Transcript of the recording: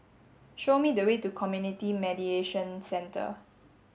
show me the way to Community Mediation Centre